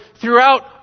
throughout